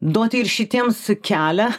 duoti ir šitiems kelią